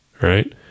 right